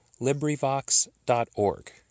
LibriVox.org